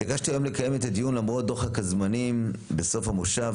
התעקשתי היום לקיים את הדיון למרות דוחק הזמנים בסוף המושב,